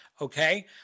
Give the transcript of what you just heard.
Okay